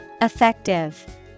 Effective